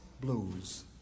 Blues